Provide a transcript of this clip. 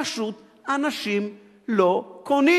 פשוט אנשים לא קונים,